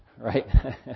Right